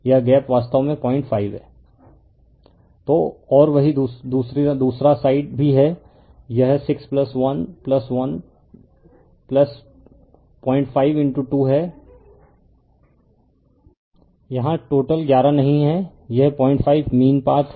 refer slide time 0917 तो और वही दूसरा साइड भी है यह 61052 है यहाँ टोटल 11 नहीं है यह 05 मीन पाथ है